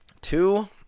Two